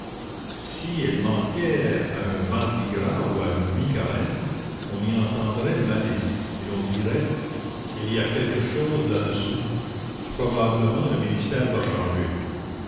si elles manquaient à un mardi gras ou à une mi-carême on y entendrait malice et l'on dirait il y a quelque chose là-dessous probablement le ministère va changer